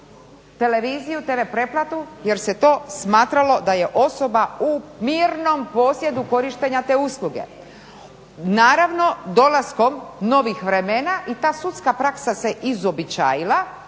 televiziju, Tv pretplatu jer se to smatralo da je osoba u mirnom posjedu korištenja te usluge. Naravno, dolaskom novih vremena i ta sudska praksa izobičajila